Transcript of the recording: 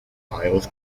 files